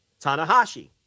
Tanahashi